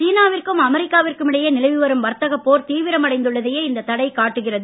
சீனாவிற்கும் அமெரிக்காவிற்கும் இடையே நிலவிவரும் வர்த்தக போர் தீவிரமடைந்துள்ளதையே இந்த தடை காட்டுகிறது